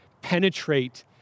penetrate